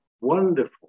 wonderful